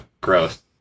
Gross